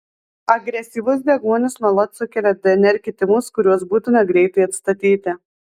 agresyvus deguonis nuolat sukelia dnr kitimus kuriuos būtina greitai atstatyti